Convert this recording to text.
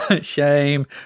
shame